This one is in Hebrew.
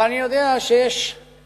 אבל אני יודע שיש נושא,